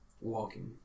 walking